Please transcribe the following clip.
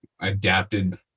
adapted